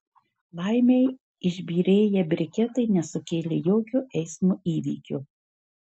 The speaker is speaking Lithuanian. laimei išbyrėję briketai nesukėlė jokio eismo įvykio